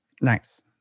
Nice